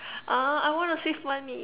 ah I wanna save money